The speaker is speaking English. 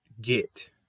get